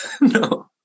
No